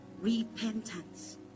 repentance